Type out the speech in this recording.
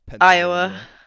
Iowa